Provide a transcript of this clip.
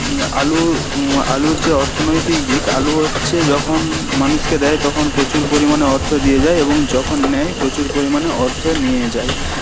আলু আলুর যে অর্থনৈতিক দিক আলু হচ্ছে যখন মানুষকে দেয় তখন প্রচুর পরিমাণে অর্থ দিয়ে যায় এবং যখন নেয় প্রচুর পরিমাণে অর্থ নিয়ে যায়